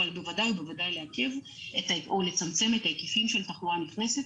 אבל בוודאי ובוודאי לעכב או לצמצם את ההיקפים של התחלואה הנכנסת.